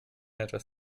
etwas